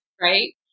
Right